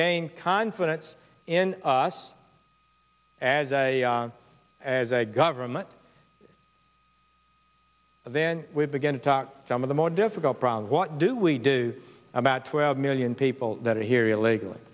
gain confidence in us as a as a government then we begin to talk some of the more difficult problems what do we do about twelve million people that are here illegally